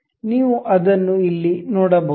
ನೀವು ಅದನ್ನು ಇಲ್ಲಿ ನೋಡಬಹುದು